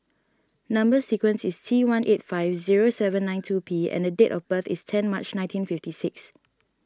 Number Sequence is T one eight five zero seven nine two P and the date of birth is ten March nineteen fifty six